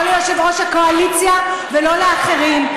לא ליושב-ראש הקואליציה ולא לאחרים.